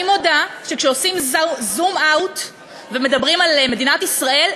אני מודה שכשעושים zoom out ומדברים על מדינת ישראל,